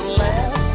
left